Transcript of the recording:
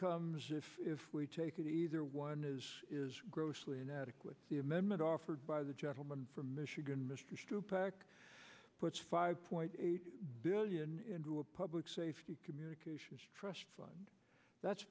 comes if if we take it either one is grossly inadequate the amendment offered by the gentleman from michigan mr stupak puts five point eight billion into a public safety communications trust fund that's